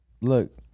Look